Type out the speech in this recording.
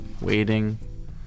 waiting